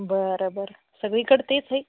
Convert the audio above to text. बरं बरं सगळीकडं तेच आहे